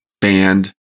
band